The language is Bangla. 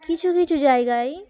কিছু কিছু জায়গায়